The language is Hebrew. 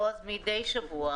בועז מדי שבוע,